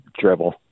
dribble